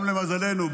גם למזלנו,